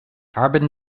carbon